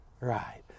Right